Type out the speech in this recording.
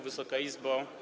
Wysoka Izbo!